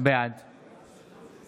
בעד